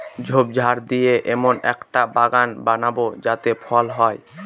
ঝোপঝাড় দিয়ে এমন একটা বাগান বানাবো যাতে ফল হয়